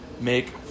make